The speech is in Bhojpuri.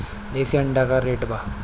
देशी अंडा का रेट बा?